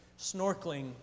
snorkeling